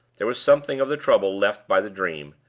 there was something of the trouble left by the dream,